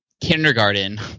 kindergarten